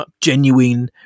genuine